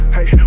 Hey